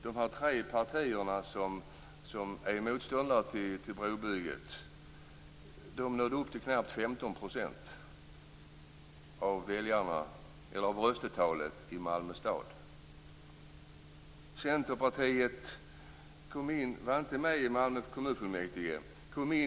De tre partier som är motståndare till brobygget nådde upp till knappt 15 % av röstetalet i Malmö stad. Centerpartiet var inte med i Malmö kommunfullmäktige från början.